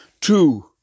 two